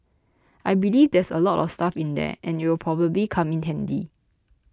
I believe there's a lot of stuff in there and it'll probably come in handy